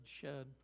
shed